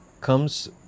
comes